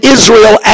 Israel